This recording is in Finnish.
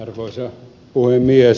arvoisa puhemies